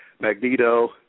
Magneto